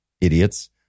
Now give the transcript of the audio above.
Idiots